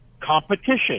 competition